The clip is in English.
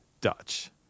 Dutch